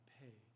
pay